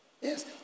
Yes